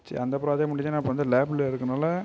ச்ச அந்த ப்ராஜெக்ட் முடிஞ்சோனே அப்போது வந்து லேபில் இருக்கறனால